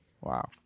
Wow